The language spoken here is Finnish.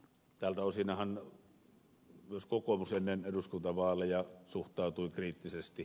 tältä osinhan myös kokoomus ennen eduskuntavaaleja suhtautui kriittisesti